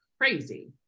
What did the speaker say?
crazy